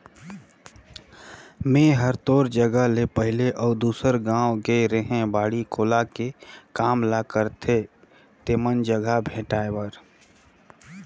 मेंए हर तोर जगह ले पहले अउ दूसर गाँव गेए रेहैं बाड़ी कोला के काम ल करथे तेमन जघा भेंटाय बर